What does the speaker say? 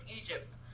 Egypt